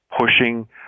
pushing